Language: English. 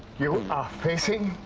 you are ah facing